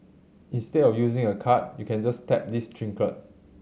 instead of using a card you can just tap this trinket